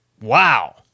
wow